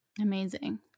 Amazing